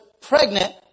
pregnant